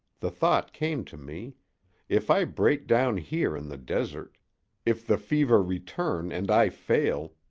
the thought came to me if i break down here in the desert if the fever return and i fail,